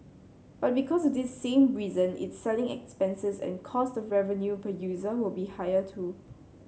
but because of this same reason its selling expenses and cost of revenue per user will be higher too